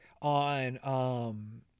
on